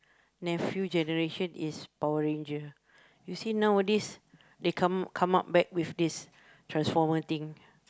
nephew generation is Power-Rangers you see nowadays they come come up back with this transformer thing